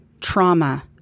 trauma